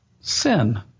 sin